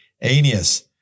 Aeneas